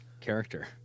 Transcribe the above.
character